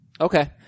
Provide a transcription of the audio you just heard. Okay